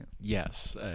yes